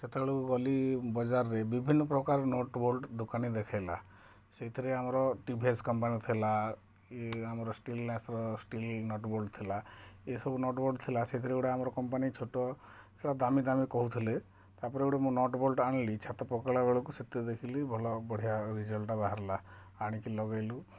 ସେତେବେଳକୁ ଗଲି ବଜାରରେ ବିଭିନ୍ନ ପ୍ରକାରର ନଟ୍ ବୋଲ୍ଟ ଦୋକାନୀ ଦେଖାଇଲା ସେଇଥିରେ ଆମର ଟି ଭି ଏସ୍ କମ୍ପାନୀର ଥିଲା ଏ ଆମର ଷ୍ଟିଲନାସର ଷ୍ଟିଲ୍ ନଟ୍ ବୋଲ୍ଟ ଥିଲା ଏ ସବୁ ନଟ୍ ବୋଲ୍ଟ ଥିଲା ସେଥିରେ ଗୋଟେ ଆମର କମ୍ପାନୀ ଛୋଟ ସେଇଟା ଦାମୀ ଦାମୀ କହୁଥିଲେ ତାପରେ ଗୋଟେ ମୁଁ ନଟ୍ ବୋଲ୍ଟ ଆଣିଲି ଛାତ ପକାଇଲା ବେଳକୁ ସେତେରେ ଦେଖିଲି ଭଲ ବଢ଼ିଆ ରିଜଲ୍ଟଟା ବାହାରିଲା ଆଣିକି ଲଗାଇଲୁ